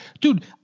Dude